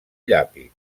llapis